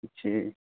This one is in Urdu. اچھا